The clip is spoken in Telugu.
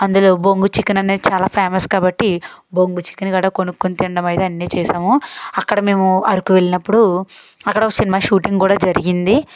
అందులో బొంగు చికెన్ అనేది చాలా ఫేమస్ కాబట్టి బొంగు చికెన్ కాడ కొనుక్కొని తినడం అయితే అన్ని చేసాము అక్కడ మేము అరకు వెళ్ళినప్పుడు అక్కడ ఒక సినిమా షూటింగ్ కూడా జరిగింది